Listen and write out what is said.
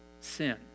sin